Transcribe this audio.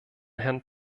herrn